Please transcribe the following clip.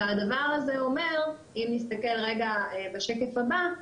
הדבר הזה אומר, אם נסתכל רגע בשקף הבא,